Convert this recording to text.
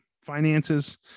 finances